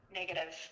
negative